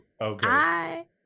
Okay